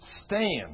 Stand